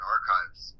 Archives